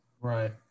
Right